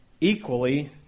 equally